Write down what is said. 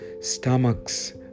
stomachs